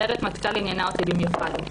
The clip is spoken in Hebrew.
סיירת מטכ"ל עניינה אותי במיוחד.